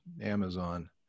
Amazon